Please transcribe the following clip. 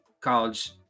college